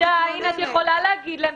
ועדיין את יכולה להגיד להן,